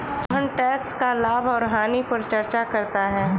Sohan tax का लाभ और हानि पर चर्चा करता है